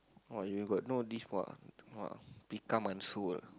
!wah! you got no this !wah! !wah! become unsure